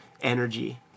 energy